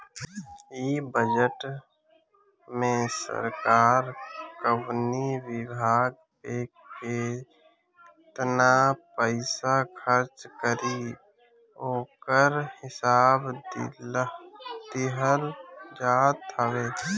इ बजट में सरकार कवनी विभाग पे केतना पईसा खर्च करी ओकर हिसाब दिहल जात हवे